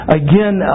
again